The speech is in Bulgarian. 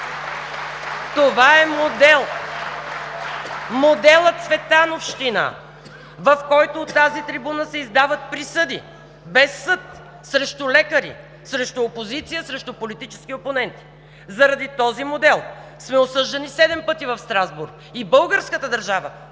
Това е модел, моделът Цветановщина, в който от тази трибуна се издават присъди без съд срещу лекари, срещу опозиция, срещу политически опоненти. Заради този модел сме осъждани седем пъти в Страсбург и българската държава,